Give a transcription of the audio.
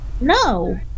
No